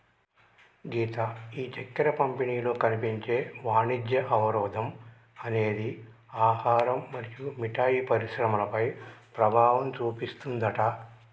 గీత ఈ చక్కెర పంపిణీలో కనిపించే వాణిజ్య అవరోధం అనేది ఆహారం మరియు మిఠాయి పరిశ్రమలపై ప్రభావం చూపిస్తుందట